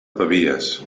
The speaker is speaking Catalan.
pavies